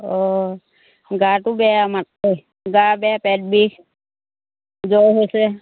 অ' গাটো বেয়া মানে গা বেয়া পেট বিষ জ্বৰ হৈছে